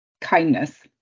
kindness